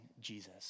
Jesus